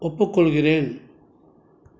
ஒப்புக்கொள்கிறேன்